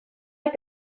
est